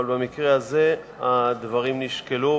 אבל במקרה הזה הדברים נשקלו,